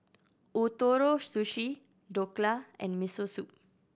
Ootoro Sushi Dhokla and Miso Soup